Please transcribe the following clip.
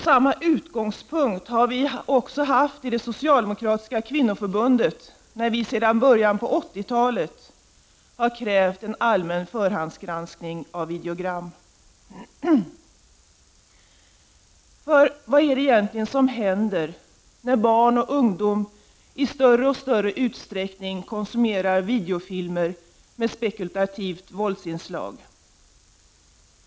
Samma utgångspunkt har vi också haft i det socialdemokratiska kvinnoförbundet när vi sedan början på 80-talet har krävt en allmän förhandsgranskning av videogram. Vad är det egentligen som händer när barn och ungdom i större och större utsträckning konsumerar videofilmer med spekulativa våldsinslag?